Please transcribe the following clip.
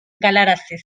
galarazi